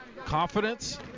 confidence